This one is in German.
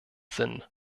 sinn